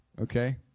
okay